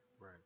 Right